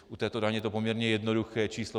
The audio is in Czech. U této daně je to poměrně jednoduché číslo.